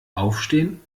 aufstehen